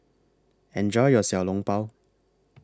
Enjoy your Xiao Long Bao